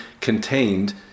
contained